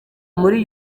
muri